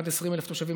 עד 20,000 תושבים,